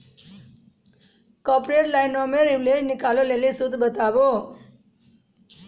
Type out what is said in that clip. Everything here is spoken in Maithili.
कॉर्पोरेट लाइनो मे लिवरेज निकालै लेली सूत्र बताबो